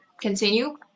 continue